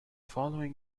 following